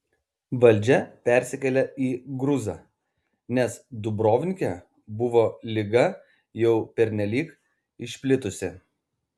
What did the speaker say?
valdžia persikėlė į gruzą nes dubrovnike buvo liga jau pernelyg išplitusi